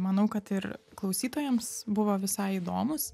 manau kad ir klausytojams buvo visai įdomūs